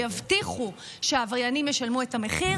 שיבטיחו שהעבריינים ישלמו את המחיר